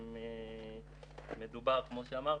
כמו שאמרתי,